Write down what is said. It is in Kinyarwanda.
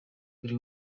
buri